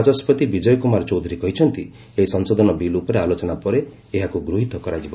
ବାଚସ୍ୱତି ବିକୟ କୁମାର ଚୌଧୁରୀ କହିଚ୍ଚନ୍ତି ଏହି ସଂଶୋଧନ ବିଲ୍ ଉପରେ ଆଲୋଚନା ପରେ ଏହାକୁ ଗୃହୀତ କରାଯିବ